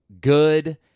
good